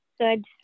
Good